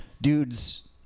Dudes